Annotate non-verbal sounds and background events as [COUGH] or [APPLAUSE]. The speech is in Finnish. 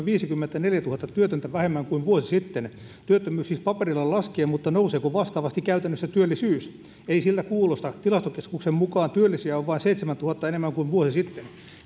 [UNINTELLIGIBLE] viisikymmentäneljätuhatta työtöntä vähemmän kuin vuosi sitten työttömyys siis paperilla laskee mutta nouseeko vastaavasti käytännössä työllisyys ei siltä kuulosta tilastokeskuksen mukaan työllisiä on vain seitsemäntuhannen enemmän kuin vuosi sitten